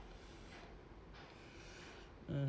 mm